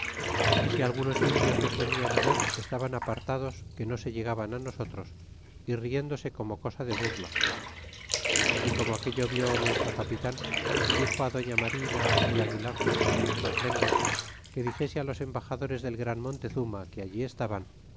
é si algunos indios nos venian ver estaban apartados que no se llegaban á nosotros é riéndose como cosa de burla é como aquello vió nuestro capitan dixo á doña marina aguilar nuestras lenguas que dixese á los embaxadores del gran montezuma que allí estaban